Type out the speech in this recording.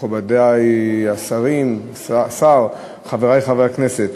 מכובדי השר, חברי חברי הכנסת,